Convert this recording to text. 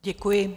Děkuji.